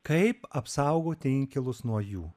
kaip apsaugot inkilus nuo jų